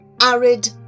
arid